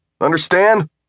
understand